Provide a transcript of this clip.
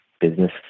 business